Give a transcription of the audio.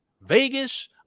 Vegas